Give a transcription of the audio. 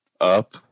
Up